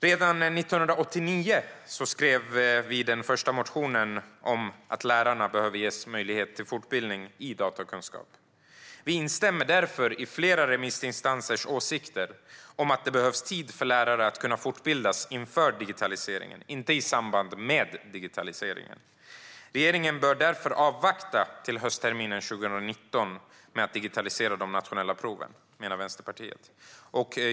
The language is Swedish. Redan 1989 skrev vi den första motionen om att lärarna behöver ges möjlighet till fortbildning i datakunskap. Vi instämmer därför i flera remissinstansers åsikt att det behövs tid för lärare att kunna fortbildas inför digitaliseringen, inte i samband med digitaliseringen. Regeringen bör därför avvakta till höstterminen 2019 med att digitalisera de nationella proven, menar Vänsterpartiet.